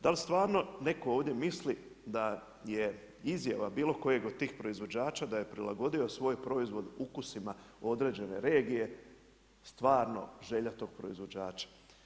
Dal' stvarno netko ovdje misli da je izjava bilo kojeg od tih proizvođača da prilagodio svoj proizvod ukusima određene regije stvarno želja tog proizvođača?